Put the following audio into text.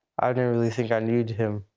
i didn't really think i needed him.